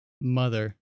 Mother